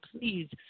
please